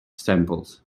samples